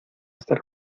estar